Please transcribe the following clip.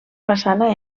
façana